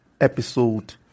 episode